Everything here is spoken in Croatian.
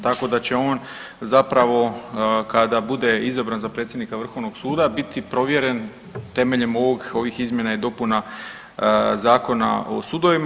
Tako da će on zapravo kada bude izabran za predsjednika Vrhovnog suda biti provjeren temeljem ovih izmjena i dopuna Zakona o sudovima.